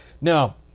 Now